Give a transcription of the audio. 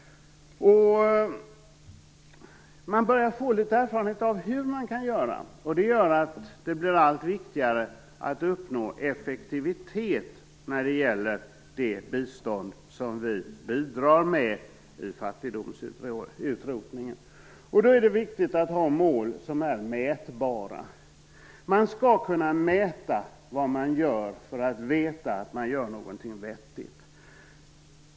Man börjar nu få litet erfarenhet av hur man kan göra, vilket gör att det blir allt viktigare att uppnå effektivitet i det bistånd som vi bidrar med i fattigdomsutrotningen. Det är viktigt att man har mål som är mätbara. Man skall kunna mäta vad man gör för att veta att man gör någonting vettigt.